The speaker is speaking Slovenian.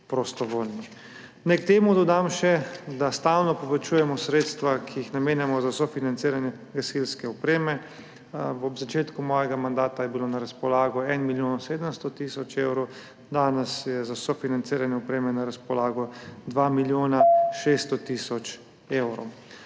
prostovoljnih. Naj k temu dodam še, da stalno povečujemo sredstva, ki jih namenjamo za sofinanciranje gasilske opreme. Ob začetku mojega mandata je bilo na razpolago 1 milijon 700 tisoč evrov, danes je za sofinanciranje opreme na razpolago 2 milijona 600 tisoč evrov.